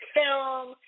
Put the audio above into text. film